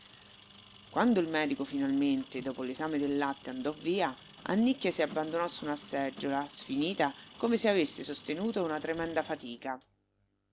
quando il medico finalmente dopo l'esame del latte andò via annicchia si abbandonò su una seggiola sfinita come se avesse sostenuto una tremenda fatica